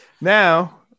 Now